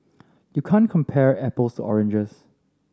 you can't compare apples oranges